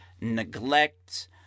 neglect